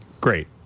Great